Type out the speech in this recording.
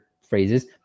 phrases